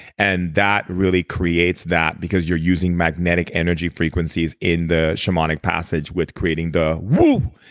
and that really creates that because you're using magnetic energy frequencies in the shamanic passage with creating the whoo.